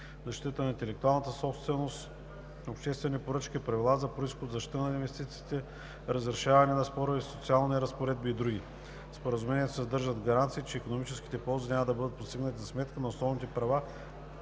защита на интелектуалната собственост, обществени поръчки, правила за произход, защита на инвестициите, разрешаване на спорове, институционални разпоредби и други. В Споразумението се съдържат гаранции, че икономическите ползи няма да бъдат постигнати за сметка на основните права,